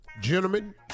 gentlemen